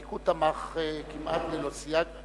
הליכוד תמך כמעט ללא סייג.